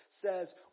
says